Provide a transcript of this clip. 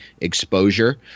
exposure